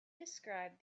described